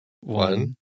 One